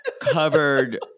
covered